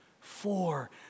Four